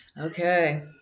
Okay